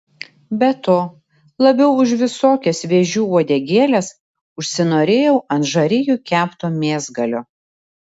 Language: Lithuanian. be to labiau už visokias vėžių uodegėles užsinorėjau ant žarijų kepto mėsgalio